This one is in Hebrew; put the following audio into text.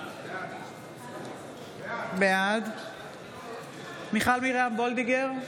בעד מיכל מרים וולדיגר,